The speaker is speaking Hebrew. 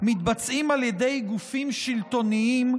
מתבצעים על ידי גופים שלטוניים,